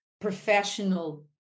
professional